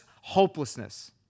hopelessness